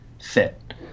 fit